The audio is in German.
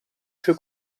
für